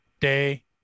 day